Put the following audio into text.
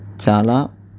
చాలా